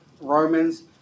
Romans